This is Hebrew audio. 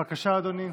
בבקשה, אדוני.